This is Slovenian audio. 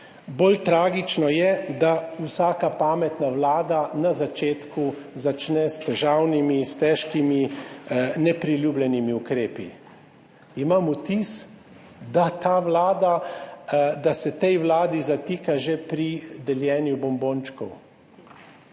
Bolj tragično je, da vsaka pametna vlada na začetku začne s težavnimi, s težkimi, nepriljubljenimi ukrepi. Imam vtis, da se tej vladi zatika že pri deljenju bombončkov.